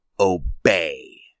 Obey